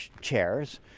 chairs